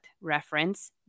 Reference